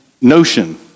notion